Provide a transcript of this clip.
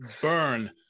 burn